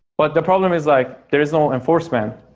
but the problem is like there is no enforcement.